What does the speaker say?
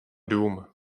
dům